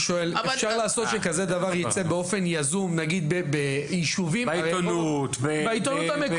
אפשר לעשות שכזה דבר ייצא באופן יזום בעיתונות המקומית?